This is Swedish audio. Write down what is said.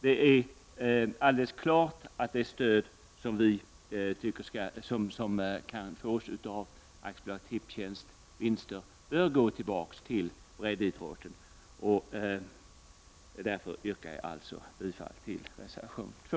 Det är alldeles klart att det stöd som kan fås från AB Tipstjänsts vinster bör gå tillbaka till breddidrotten. Jag yrkar alltså bifall till reservation 2.